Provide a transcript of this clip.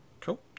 Cool